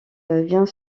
vient